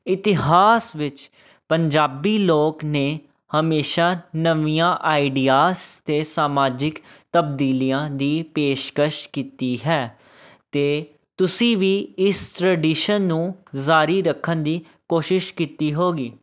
ਇਤਿਹਾਸ ਵਿੱਚ ਪੰਜਾਬੀ ਲੋਕ ਨੇ ਹਮੇਸ਼ਾ ਨਵੀਆਂ ਆਈਡੀਆਸ 'ਤੇ ਸਮਾਜਿਕ ਤਬਦੀਲੀਆਂ ਦੀ ਪੇਸ਼ਕਸ਼ ਕੀਤੀ ਹੈ ਅਤੇ ਤੁਸੀਂ ਵੀ ਇਸ ਟਰਡੀਸ਼ਨ ਨੂੰ ਜਾਰੀ ਰੱਖਣ ਦੀ ਕੋਸ਼ਿਸ਼ ਕੀਤੀ ਹੋਗੀ